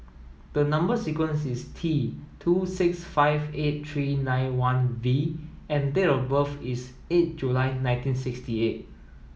the number sequence is T two six five eight three nine one V and date of birth is eight July nineteen sixty eight